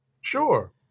sure